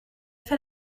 fait